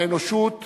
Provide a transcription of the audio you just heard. האנושות